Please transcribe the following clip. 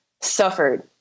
suffered